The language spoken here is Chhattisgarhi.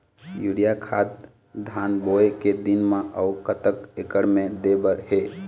यूरिया खाद धान बोवे के दिन म अऊ कतक एकड़ मे दे बर हे?